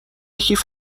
کیف